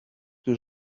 que